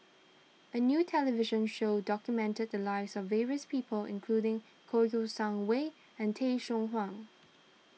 a new television show documented the lives of various people including Kouo Shang Wei and Tay Seow Huah